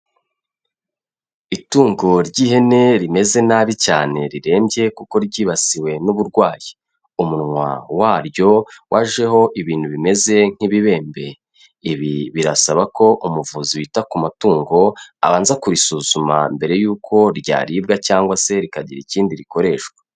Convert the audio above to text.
Itungo ry'ihene rimeze nabi cyane rirembye kuko ryibasiwe n'uburwayi, umunwa waryo wajeho ibintu bimeze nk'ibibembe. Ibi birasaba ko umuvuzi wita ku matungo abanza kurisuzuma mbere y'uko ryaribwa cyangwa se rikagira ikindi rikoreshwa.